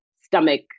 stomach